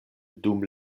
dum